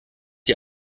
die